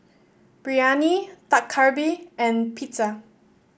Biryani Dak Galbi and Pizza